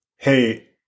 Hey